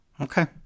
Okay